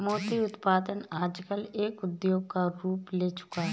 मोती उत्पादन आजकल एक उद्योग का रूप ले चूका है